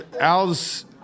Al's